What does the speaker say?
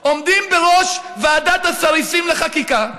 עומדים בראש ועדת הסריסים לחקיקה,